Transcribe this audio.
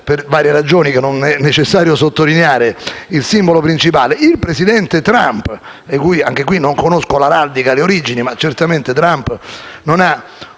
per varie ragioni che non è necessario sottolineare, il simbolo principale, il presidente Trump (del quale pure non conosco l'araldica e le origini, ma certamente Trump non ha